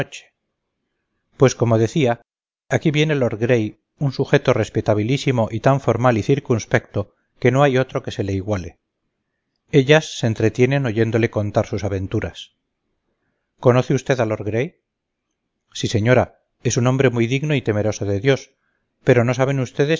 pues como decía aquí viene lord gray un sujeto respetabilísimo y tan formal y circunspecto que no hay otro que se le iguale ellas se entretienen oyéndole contar sus aventuras conoce usted a lord gray sí señora es un hombre muy digno y temeroso de dios pero no saben ustedes